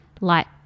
light